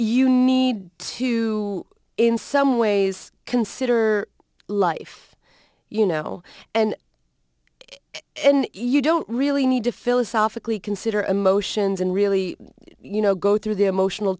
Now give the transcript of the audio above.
you need to in some ways consider life you know and you don't really need to philosophically consider emotions and really you know go through the emotional